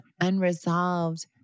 unresolved